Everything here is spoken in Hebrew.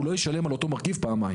הוא לא ישלם על אותו מרכיב פעמיים.